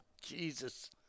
Jesus